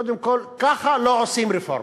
קודם כול, ככה לא עושים רפורמה.